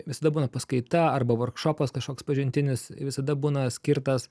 visada būna paskaita arba vorkšopas kažkoks pažintinis visada būna skirtas